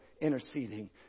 interceding